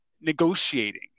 negotiating